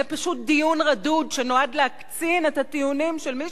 זה פשוט דיון רדוד שנועד להקצין את הטיעונים של מי